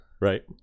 right